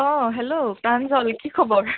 অঁ হেল্ল' প্ৰাঞ্জল কি খবৰ